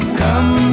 come